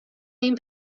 این